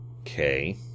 Okay